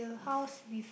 house with